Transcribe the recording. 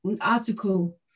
article